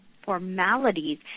formalities